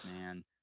man